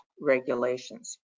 regulations